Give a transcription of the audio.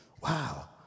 Wow